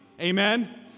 Amen